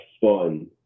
fun